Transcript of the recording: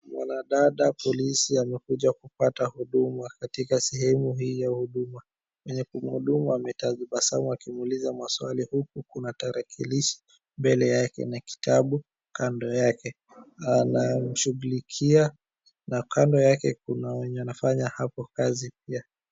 Mwanadada polisi amekuja kupata huduma katika sehemu hii ya huduma, mwenye kumhudumu ametabasamu akimuuliza maswali huku kuna tarakilishi mbele yake na kitabu kando yake na anamshughulikia na kando yake kuna wenye wanafanya hapo kazi pia.